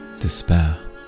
despair